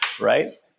right